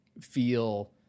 feel